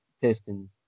Pistons